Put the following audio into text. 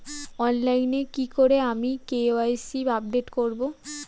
অনলাইনে কি করে আমি কে.ওয়াই.সি আপডেট করব?